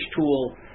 tool